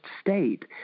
state